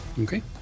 Okay